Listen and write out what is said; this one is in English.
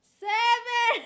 seven